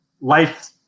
life